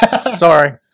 Sorry